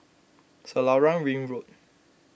Selarang Ring Road